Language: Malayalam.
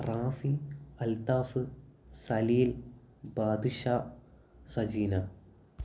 റാഫി അൽതാഫ് സലീൽ ബാദിഷ സജീന